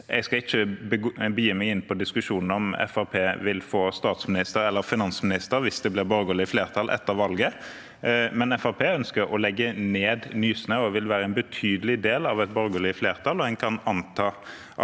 Jeg skal ikke begi meg ut på diskusjonen om Fremskrittspartiet vil få statsminister eller finansminister hvis det blir borgerlig flertall etter valget, men Fremskrittspartiet ønsker å legge ned Nysnø. De vil være en betydelig del av et borgerlig flertall, og en kan anta